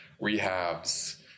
rehabs